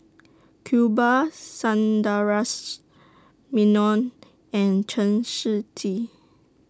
Iqbal Sundaresh Menon and Chen Shiji